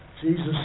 Jesus